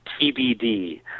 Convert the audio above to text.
TBD